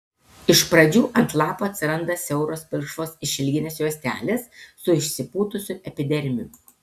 iš pradžių ant lapų atsiranda siauros pilkšvos išilginės juostelės su išsipūtusiu epidermiu